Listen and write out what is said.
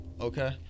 okay